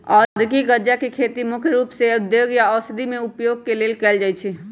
औद्योगिक गञ्जा के खेती मुख्य रूप से उद्योगों या औषधियों में उपयोग के लेल कएल जाइ छइ